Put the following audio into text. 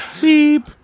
Beep